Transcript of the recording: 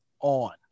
on